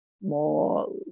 more